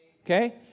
okay